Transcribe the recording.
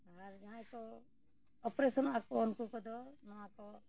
ᱟᱨ ᱡᱟᱦᱟᱸᱭ ᱠᱚ ᱚᱯᱟᱨᱮᱥᱚᱱᱚᱜᱼᱟᱠᱚ ᱩᱱᱠᱩ ᱠᱚᱫᱚ ᱱᱚᱣᱟ ᱠᱚ